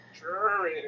Sure